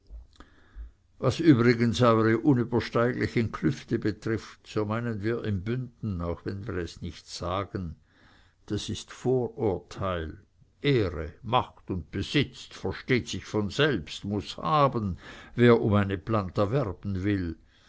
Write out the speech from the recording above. was übrigens eure unübersteiglichen klüfte betrifft so meinen wir in bünden auch wenn wir es nicht sagen das ist vorurteil ehre macht und besitz versteht sich von selbst muß haben wer um eine planta werben will